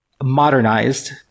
modernized